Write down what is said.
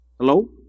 Hello